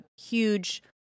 huge